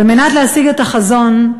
כדי להשיג את החזון,